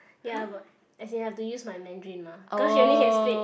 ya but as in I have to use my Mandarin mah cause she only can speak